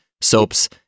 soaps